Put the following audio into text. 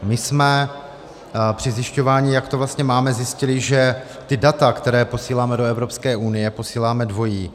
My jsme při zjišťování, jak to vlastně máme, zjistili, že ta data, která posíláme do Evropské unie, posíláme dvojí.